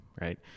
right